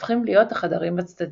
הופכים להיות החדרים הצדיים.